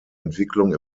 entwicklung